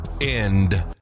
end